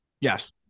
Yes